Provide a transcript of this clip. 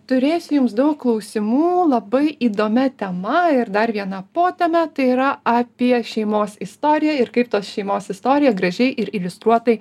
turėsiu jums daug klausimų labai įdomia tema ir dar viena poteme tai yra apie šeimos istoriją ir kaip tos šeimos istoriją gražiai ir iliustruotai